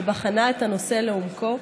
שבחנה את הנושא לעומקו,